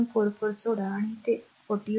44 जोडा म्हणजे ते 40 Ω